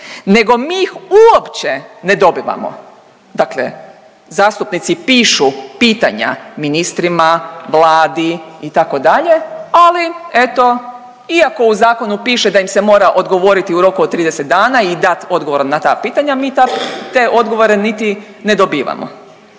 nego mi ih uopće ne dobivamo. Dakle, zastupnici pišu pitanja ministrima, Vladi, itd. ali, eto, iako u zakonu piše da im se mora odgovoriti u roku od 30 dana i dat odgovor na ta pitanja, mi te odgovore niti ne dobivamo.